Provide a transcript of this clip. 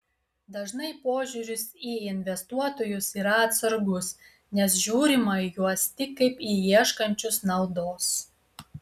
dažnai požiūris į investuotojus yra atsargus nes žiūrima į juos tik kaip į ieškančius naudos